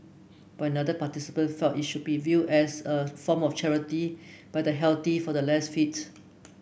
but another participant felt it should be viewed as a form of charity by the healthy for the less fit